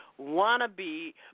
wannabe